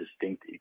distinct